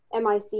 MIC